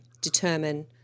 determine